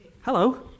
Hello